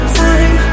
time